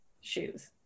shoes